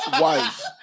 wife